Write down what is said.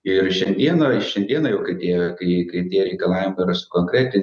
ir į šiandieną į šiandieną jau kai tie kai kai tie reikalavimai yra sukonkretinti